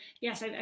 yes